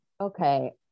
Okay